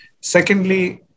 Secondly